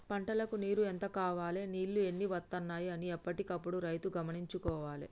పంటలకు నీరు ఎంత కావాలె నీళ్లు ఎన్ని వత్తనాయి అన్ని ఎప్పటికప్పుడు రైతు గమనించుకోవాలె